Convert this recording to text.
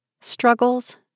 Struggles